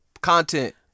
content